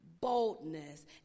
boldness